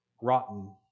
rotten